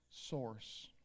source